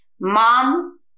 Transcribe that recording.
mom